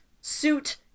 suit